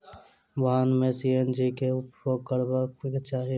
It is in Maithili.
वाहन में सी.एन.जी के उपयोग करबाक चाही